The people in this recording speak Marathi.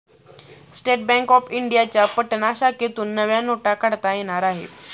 स्टेट बँक ऑफ इंडियाच्या पटना शाखेतून नव्या नोटा काढता येणार आहेत